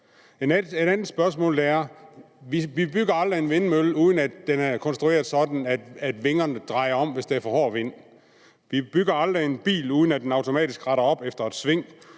et andet spørgsmål. Vi bygger aldrig en vindmølle, uden at den er konstrueret sådan, at vingerne drejer om, hvis der er for hård vind. Vi bygger aldrig en bil, uden at den automatisk retter op efter et sving.